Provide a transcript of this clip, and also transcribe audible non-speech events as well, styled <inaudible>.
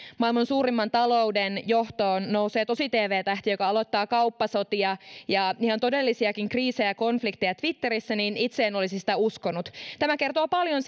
maailman suurimman talouden johtoon nousee tosi tv tähti joka aloittaa kauppasotia ja ihan todellisia kriisejä ja konflikteja twitterissä niin itse en olisi sitä uskonut tämä kertoo paljon <unintelligible>